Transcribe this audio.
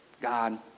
God